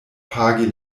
pagi